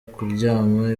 kuryama